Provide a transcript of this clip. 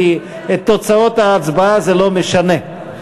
כי את תוצאות ההצבעה זה לא משנה.